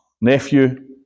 nephew